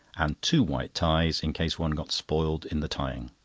and two white ties, in case one got spoiled in the tying.